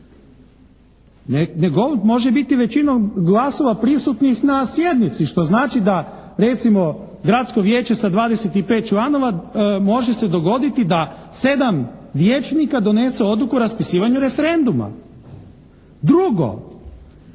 nego on može biti većinom glasova prisutnih na sjednici, što znači da recimo gradsko vijeće sa 25 članova može se dogoditi da 7 vijećnika donese odluku o raspisivanju referenduma. Drugo,